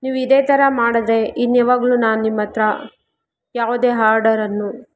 ನೀವು ಇದೇ ಥರ ಮಾಡಿದ್ರೆ ಇನ್ನು ಯಾವಾಗಲೂ ನಾನು ನಿಮ್ಮಹತ್ರ ಯಾವುದೇ ಆರ್ಡರನ್ನು